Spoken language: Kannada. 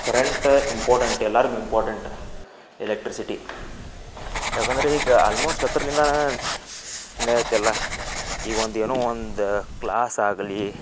ಕರೆಂಟ ಇಂಪಾರ್ಟೆಂಟ್ ಎಲ್ಲರಿಗೂ ಇಂಪಾರ್ಟೆಂಟ್ ಎಲೆಕ್ಟ್ರಿಸಿಟಿ ಯಾಕೆಂದರೆ ಈಗ ಆಲ್ಮೊಸ್ಟ್ ಹತ್ರಲಿಂದನೂ ನಡೆಯುತ್ತೆ ಎಲ್ಲ ಈಗ ಒಂದು ಏನೋ ಒಂದು ಕ್ಲಾಸ್ ಆಗಲಿ